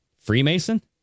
Freemason